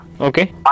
Okay